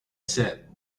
said